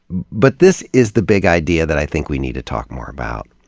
but this is the big idea that i think we need to talk more about.